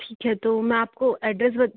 ठीक है तो मै आपको एड्रेस बत